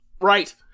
Right